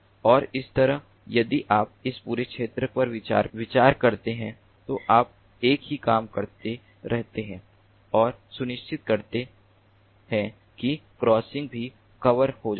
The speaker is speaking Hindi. और इस तरह यदि आप इस पूरे क्षेत्र पर विचार करते हैं तो आप एक ही काम करते रहते हैं और सुनिश्चित करते हैं कि क्रॉसिंग भी कवर हो जाए